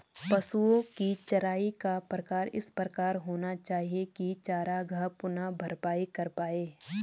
पशुओ की चराई का प्रकार इस प्रकार होना चाहिए की चरागाह पुनः भरपाई कर पाए